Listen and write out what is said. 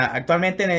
actualmente